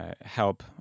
help